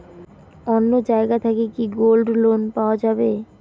অন্য জায়গা থাকি কি গোল্ড লোন পাওয়া যাবে?